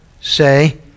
say